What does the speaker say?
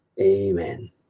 Amen